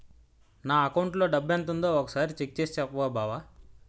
నా అకౌంటులో డబ్బెంతుందో ఒక సారి చెక్ చేసి చెప్పవా బావా